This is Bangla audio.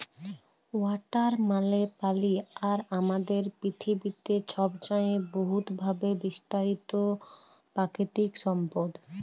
ওয়াটার মালে পালি আর আমাদের পিথিবীতে ছবচাঁয়ে বহুতভাবে বিস্তারিত পাকিতিক সম্পদ